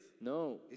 no